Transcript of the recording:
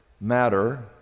matter